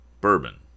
bourbon